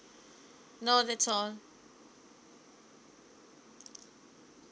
no that's all